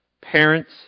parents